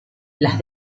las